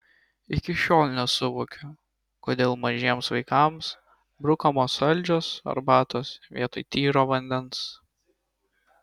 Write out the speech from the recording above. iki šiol nesuvokiu kodėl mažiems vaikams brukamos saldžios arbatos vietoj tyro vandens